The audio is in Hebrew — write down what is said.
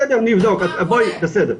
בסדר, נבדוק, בסדר.